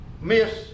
miss